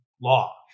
law